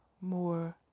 more